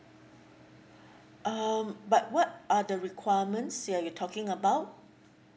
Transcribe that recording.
um but what are the requirements you talking about